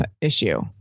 issue